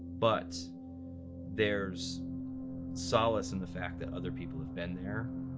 but there's solace in the fact that other people have been there,